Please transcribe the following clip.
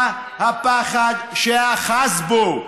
מה הפחד שאחז בו?